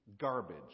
garbage